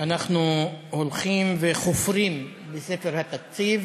אנחנו הולכים וחופרים בספר התקציב